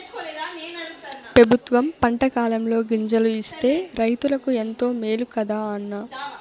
పెబుత్వం పంటకాలంలో గింజలు ఇస్తే రైతులకు ఎంతో మేలు కదా అన్న